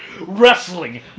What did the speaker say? Wrestling